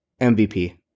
MVP